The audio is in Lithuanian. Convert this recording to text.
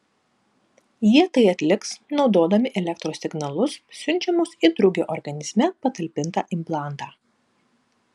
jie tai atliks naudodami elektros signalus siunčiamus į drugio organizme patalpintą implantą